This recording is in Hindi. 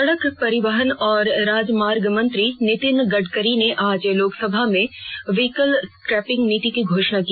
सडक परिवहन और राजमार्ग मंत्री नितिन गडकरी ने आज लोकसभा में व्हीकल स्क्रैपिंग नीति की घोषणा की